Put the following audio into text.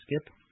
Skip